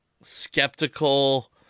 skeptical